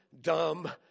dumb